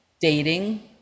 dating